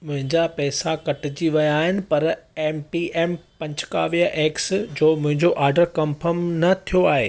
मुंहिंजा पैसा कटिजी विया आहिनि पर एम पी एम पंचकाव्य एग्ज़ जो मुंहिंजो ऑर्डरु कन्फ़र्म न थियो आहे